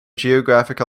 geographic